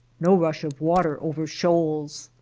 no rush of water over shoals.